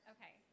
Okay